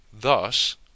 thus